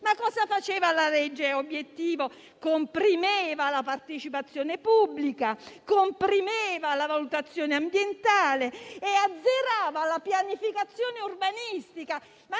Cosa faceva la legge obiettivo? Comprimeva la partecipazione pubblica, comprimeva la valutazione ambientale e azzerava la pianificazione urbanistica.